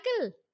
cycle